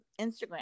Instagram